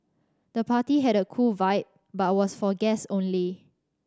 the party had a cool vibe but was for guests only